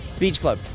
beach club,